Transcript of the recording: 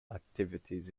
activities